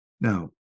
Now